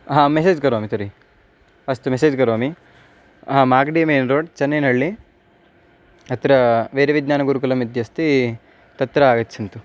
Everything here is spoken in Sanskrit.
हा मेसेज् करोमि तर्हि अस्तु मेसेज् करोमि हा माग्डि मेन् रोड् चन्नैनहळ्ळि अत्र वेदविज्ञानगुरुकुलम् इत्यस्ति तत्र आगच्छन्तु